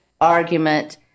argument